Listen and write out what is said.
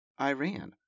Iran